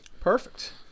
Perfect